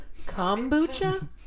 Kombucha